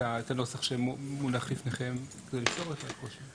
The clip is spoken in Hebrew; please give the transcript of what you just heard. הנוסח שמונח לפניכם כדי לפתור את הקושי.